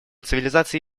цивилизаций